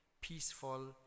peaceful